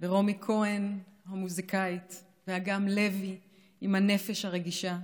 רומי כהן, המוזיקאית, אגם לוי, עם הנפש הרגישה,